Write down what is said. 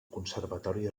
conservatori